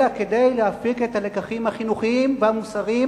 אלא כדי להפיק את הלקחים החינוכיים והמוסריים